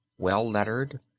well-lettered